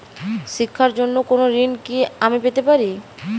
শিক্ষার জন্য কোনো ঋণ কি আমি পেতে পারি?